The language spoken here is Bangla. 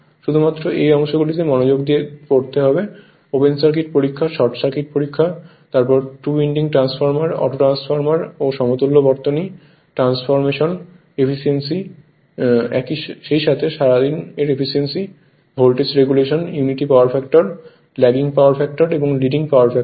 শুধু মাত্র এই অংশ গুলিতে মনযোগ দিতে হবে যে ওপেন সার্কিট পরীক্ষা শর্ট সার্কিট পরীক্ষা তারপর 2 উইন্ডিং ট্রান্সফরমার অটো ট্রান্সফরমার ও সমতুল্য বর্তনী ট্রান্সফরমেশন এফিসিয়েন্সি9efficiency সেইসাথে সারাদিন এর efficiency voltage regulation unity power factor lagging power factor এবং লিডিং পাওয়ার ফ্যাক্টর